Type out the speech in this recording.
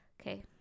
Okay